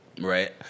Right